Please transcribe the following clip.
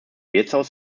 wirtshaus